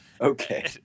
Okay